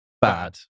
bad